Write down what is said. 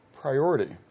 priority